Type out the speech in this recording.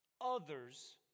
others